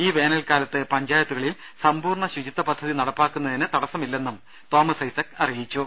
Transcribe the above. ഈ വേനൽക്കാലത്ത് പഞ്ചായത്തുകളിൽ സമ്പൂർണ്ണ ശുചിത്വ പദ്ധതി നടപ്പാക്കുന്നതിന് ഒരു തടസവുമില്ലെന്നും തോമസ് ഐസക് പറഞ്ഞു